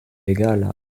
egala